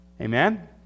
Amen